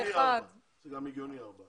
זה גם הגיוני ארבע.